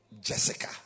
Jessica